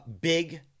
big